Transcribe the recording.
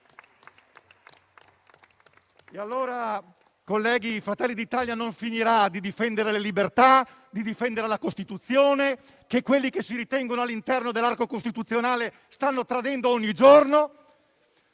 Colleghi, Fratelli d'Italia non finirà di difendere le libertà e di difendere la Costituzione, che quelli che si ritengono all'interno dell'arco costituzionale stanno tradendo ogni giorno.